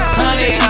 Honey